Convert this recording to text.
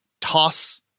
toss